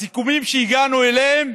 הסיכומים שהגענו אליהם,